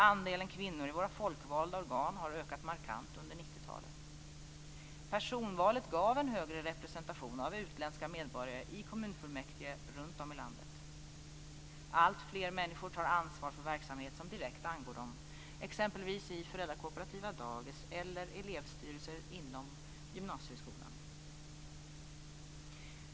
Andelen kvinnor i våra folkvalda organ har ökat markant under 90-talet. Personvalet gav en högre representation av utländska medborgare i kommunfullmäktigeförsamlingar runt om i landet. Alltfler människor tar ansvar för verksamhet som direkt angår dem, t.ex. i föräldrakooperativa dagis eller i elevstyrelser inom gymnasieskolan.